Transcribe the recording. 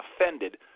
offended